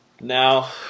Now